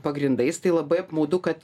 pagrindais tai labai apmaudu kad